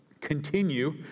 continue